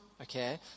okay